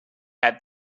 had